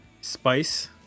spice